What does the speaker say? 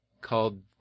called